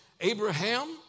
Abraham